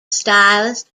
stylist